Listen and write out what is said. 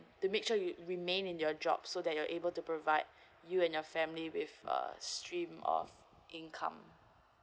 to make sure you remain in your job so that you're able to provide you and your family with uh stream of income